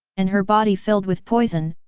and her body filled with poison,